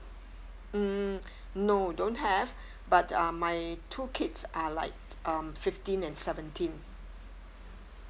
mm no don't have but uh my two kids are like um fifteen and seventeen